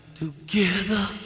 together